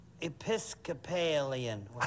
Episcopalian